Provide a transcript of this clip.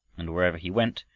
and wherever he went,